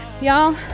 Y'all